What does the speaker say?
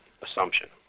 assumption